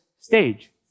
stage